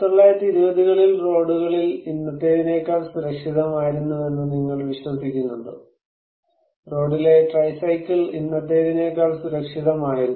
1920 കളിൽ റോഡുകൾ ഇന്നത്തേതിനേക്കാൾ സുരക്ഷിതമായിരുന്നുവെന്ന് നിങ്ങൾ വിശ്വസിക്കുന്നുണ്ടോ റോഡിലെ ട്രൈസൈക്കിൾ ഇന്നത്തേതിനേക്കാൾ സുരക്ഷിതമായിരുന്നു